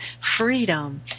freedom